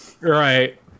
right